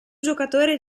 giocatore